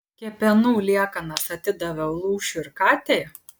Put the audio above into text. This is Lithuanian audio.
kepenų liekanas atidaviau lūšiui ir katei